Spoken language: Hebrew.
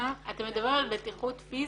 מתאימה -- אתם מדברים על בטיחות פיזית?